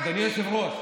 אדוני היושב-ראש,